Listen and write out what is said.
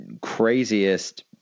craziest